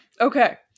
Okay